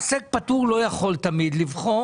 ועוסק פטור לא יכול תמיד לבחור.